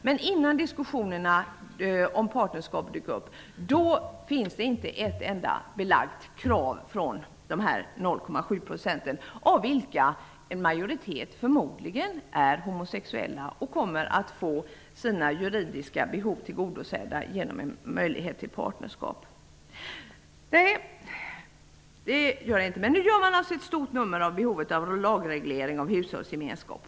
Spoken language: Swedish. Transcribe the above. Men innan diskussionen om partnerskap dök upp fanns det inte ett enda krav belagt från dessa 0,7 %-- av vilka en majoritet förmodligen är homosexuella och kommer att få sina juridiska behov tillgodosedda genom en möjlighet till partnerskap. Nu gör man alltså ett stort nummer av behovet av lageglering av hushållsgemenskap.